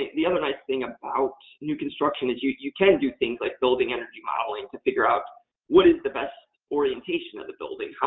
the other nice thing about new construction is you you can do things like building energy modeling to figure out what is the best orientation of the building,